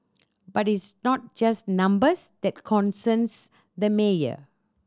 but it's not just numbers that concerns the mayor